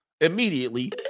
immediately